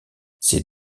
ces